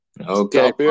okay